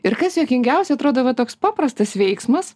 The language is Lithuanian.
ir kas juokingiausia atrodo toks paprastas veiksmas